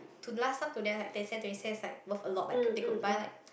to last time to them like ten cent twenty cents like worth a lot they could buy like